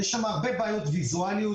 יש הרבה בעיות ויזואליות